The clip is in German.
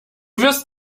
wirst